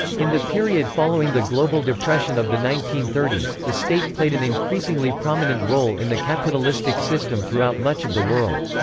in the period following the global depression of the nineteen thirty s, the state played an increasingly prominent role in the capitalistic system throughout much of the world.